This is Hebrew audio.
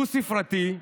דו-ספרתי,